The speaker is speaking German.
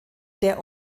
der